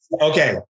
Okay